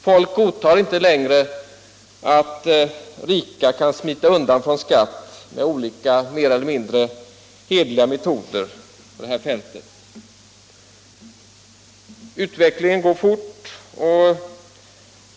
Folk godtar inte längre att rika människor kan smita undan från skatt med olika mer eller mindre hederliga metoder på detta sätt. Utvecklingen går fort.